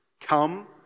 come